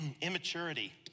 immaturity